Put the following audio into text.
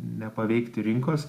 nepaveikti rinkos